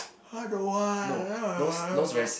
I don't want I don't want I don't want